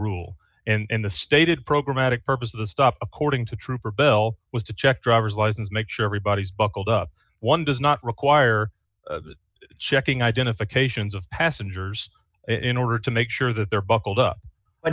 rule and the stated programatic purpose of the stop according to trooper bill was to check driver's license make sure everybody's buckled up one does not require checking identifications of passengers in order to make sure that there buckled up